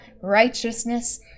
righteousness